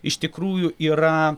iš tikrųjų yra